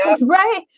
Right